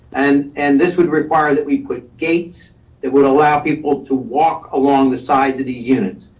and and this would require that we put gates that would allow people to walk along the sides of the units.